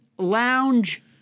lounge